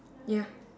ya